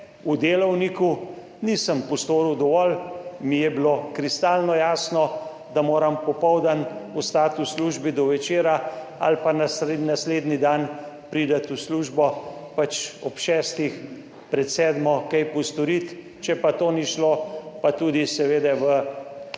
v delovniku nisem postoril dovolj, mi je bilo kristalno jasno, da moram popoldan ostati v službi do večera ali pa naslednji dan priti v službo ob 6-ih, pred 7. kaj postoriti, če pa to ni šlo pa tudi seveda v petkih